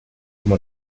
como